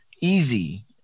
easy